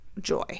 joy